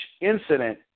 incident